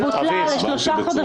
לא, בוטלה לשלושה חודשים.